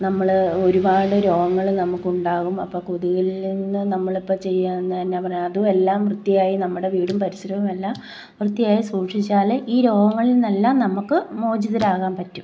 നമ്മൾ ഒരുപാട് രോഗങ്ങൾ നമുക്ക് ഉണ്ടാകും അപ്പം കൊതുകില് നിന്ന് നമ്മളിപ്പം ചെയ്യാണേൽ എന്താണ് പറയുക അതും എല്ലാം വൃത്തിയായി നമ്മുടെ വീടും പരിസരവും എല്ലാം വൃത്തിയായി സൂക്ഷിച്ചാലേ ഈ രോഗങ്ങളില് നിന്നെല്ലാം നമുക്ക് മോചിതരാകാൻ പറ്റൂ